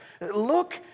Look